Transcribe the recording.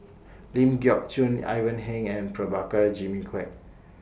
Ling Geok Choon Ivan Heng and Prabhakara Jimmy Quek